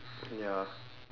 ya